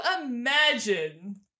imagine